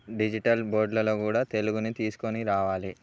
digital బోర్డులలో కూడా తెలుగుని తీసుకొని రావాలి